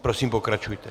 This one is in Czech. Prosím, pokračujte.